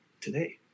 today